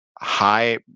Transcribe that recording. high